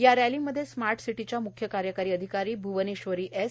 या रॅलीमधे स्मार्ट सिटीच्या म्ख्य कार्यकारी अधिकारी भ्वनेश्वरी एस